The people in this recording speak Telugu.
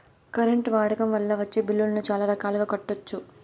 కరెంట్ వాడకం వల్ల వచ్చే బిల్లులను చాలా రకాలుగా కట్టొచ్చు